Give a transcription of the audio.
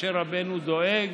משהו רבנו דואג,